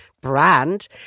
brand